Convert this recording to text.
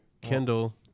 Kendall